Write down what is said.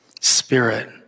spirit